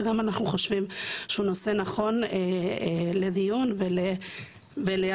אנחנו גם חושבים שזה נושא נכון לדיון ולהסדרה.